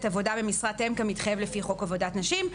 עבודה במשרת אם כמתחייב לפי חוק עבודת נשים.